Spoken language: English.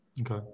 Okay